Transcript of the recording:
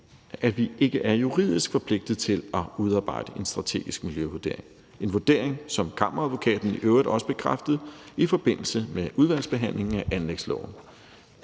at vi ikke er juridisk forpligtet til at udarbejde en strategisk miljøvurdering – en vurdering, som Kammeradvokaten i øvrigt også bekræftede i forbindelse med udvalgsbehandlingen af anlægsloven.